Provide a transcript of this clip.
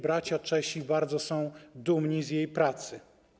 Bracia Czesi bardzo są dumni z jej pracy.